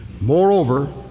Moreover